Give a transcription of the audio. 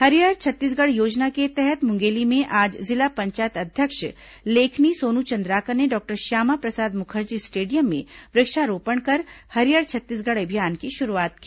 हरियर छत्तीसगढ योजना के तहत मुंगेली में आज जिला पंचायत अध्यक्ष लेखनी सोन् चंद्राकर ने डॉक्टर श्यामाप्रसाद मुखर्जी स्टेडियम में वृक्षारोपण कर हरियर छत्तीसगढ़ अभियान की शुरूआत की